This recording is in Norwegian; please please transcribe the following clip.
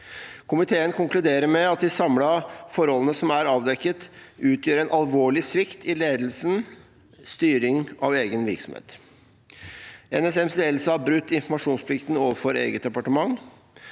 Komiteen konkluderer med at de samlede forholdene som er avdekket, utgjør en alvorlig svikt i ledelsens styring av egen virksomhet. NSMs ledelse har brutt informasjonsplikten overfor eget departement.